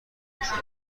نشون